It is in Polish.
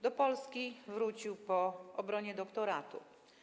Do Polski wrócił po obronie doktoratu.